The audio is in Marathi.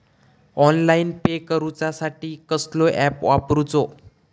ऑनलाइन पे करूचा साठी कसलो ऍप वापरूचो?